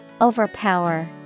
Overpower